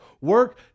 work